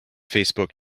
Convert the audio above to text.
facebook